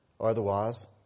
otherwise